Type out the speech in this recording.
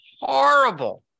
horrible